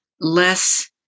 less